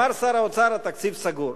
אמר שר האוצר שהתקציב סגור,